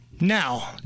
Now